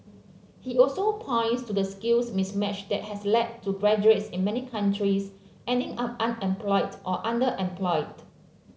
he also points to the skills mismatch that has led to graduates in many countries ending up unemployed or underemployed